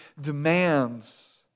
demands